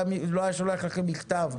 הוא לא היה שולח לכם מכתב.